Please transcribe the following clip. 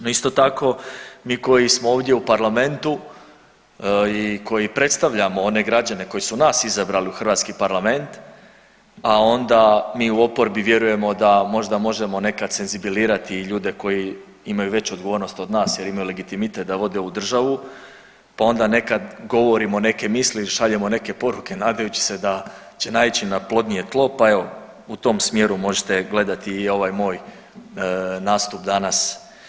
No, isto tako mi odluke koji smo ovdje u parlamentu i koji predstavljamo one građane koji su nas izabrali u hrvatski parlament, a onda mi u oporbi vjerujemo da možda možemo senzibilizirati i ljude koji imaju veću odgovornost od nas jer imaju legitimitet da vode ovu državu, pa onda nekad govorimo neke misli i šaljemo neke poruke nadajući se da će naići na plodnije tlo, pa evo u tom smjeru možete gledati i ovaj moj nastup danas.